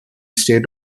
state